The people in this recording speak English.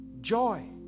joy